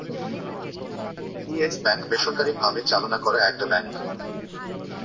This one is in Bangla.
ইয়েস ব্যাঙ্ক বেসরকারি ভাবে চালনা করা একটা ব্যাঙ্ক